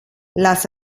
las